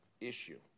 issue